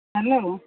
hello